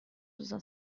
روزا